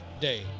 day